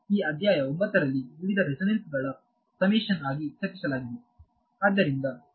ಈ ಅಧ್ಯಾಯ 9 ರಲ್ಲಿ ವಿವಿಧ ರೆಸೋನೆನ್ಸ್ ಗಳ ಸಮೇಶನ್ ಆಗಿ ಚರ್ಚಿಸಲಾಗಿದೆ